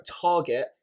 target